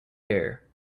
air